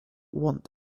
want